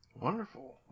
wonderful